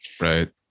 right